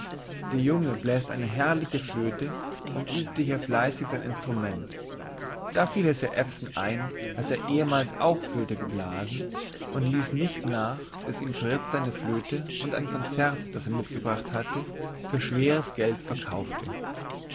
der junge bläst eine herrliche flöte und übte hier fleißig sein instrument da fiel es herrn ewson ein daß er ehemals auch flöte geblasen und ließ nicht nach bis ihm fritz seine flöte und ein konzert das er mitgebracht hatte für schweres geld verkaufte